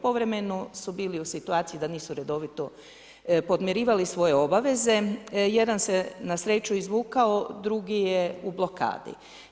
Povremeno su bili u situaciji da nisu redovito podmirivali svoje obaveze, jedan se na sreću izvukao, drugi je u blokadi.